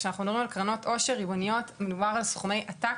כאשר אנחנו מדברים על קרנות עושר ארגוניות מדובר על סכומי עתק,